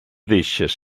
deixes